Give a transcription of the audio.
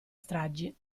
stragi